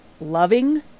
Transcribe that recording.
loving